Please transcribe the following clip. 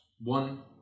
one